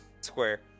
Square